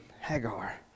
Hagar